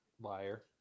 Liar